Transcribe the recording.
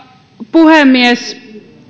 puhemies